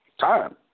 time